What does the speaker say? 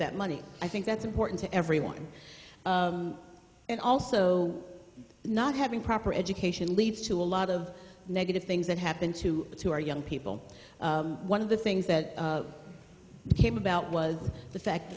that money i think that's important to everyone and also not having proper education leads to a lot of negative things that happen to to our young people one of the things that came about was the fact